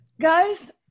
guys